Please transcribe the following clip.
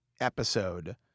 episode